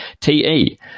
TE